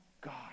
God